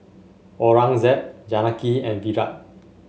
Aurangzeb Janaki and Virat